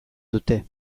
dute